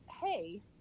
hey